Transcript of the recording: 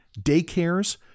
daycares